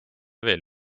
veel